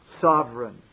Sovereign